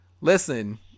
listen